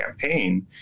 campaign